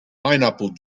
pineapple